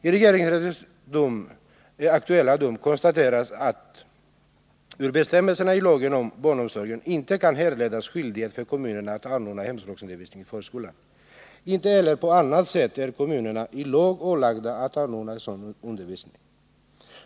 I regeringsrättens aktuella dom konstateras att ur bestämmelserna i lagen om barnomsorg inte kan härledas skyldighet för kommunerna att anordna hemspråksundervisning i förskolan. Inte heller på annat sätt är kommunerna i lag ålagda att anordna sådan undervisning.